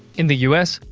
in the us,